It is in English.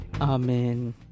Amen